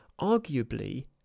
arguably